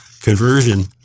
conversion